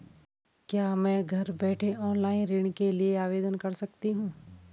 क्या मैं घर बैठे ऑनलाइन ऋण के लिए आवेदन कर सकती हूँ?